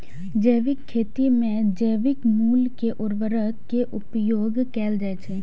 जैविक खेती मे जैविक मूल के उर्वरक के उपयोग कैल जाइ छै